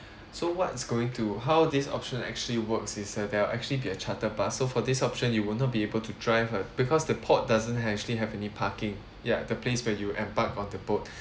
so what's going to how this option actually works is uh there'll actually be a chartered bus so for this option you will not be able to drive uh because the port doesn't ha~ actually have any parking ya the place where you embark on the boat